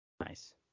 Nice